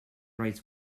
writes